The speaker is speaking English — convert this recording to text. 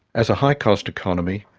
as a high cost economy,